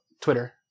Twitter